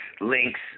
links